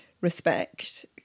respect